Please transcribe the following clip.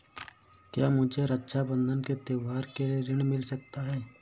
क्या मुझे रक्षाबंधन के त्योहार के लिए ऋण मिल सकता है?